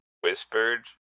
whispered